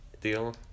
deal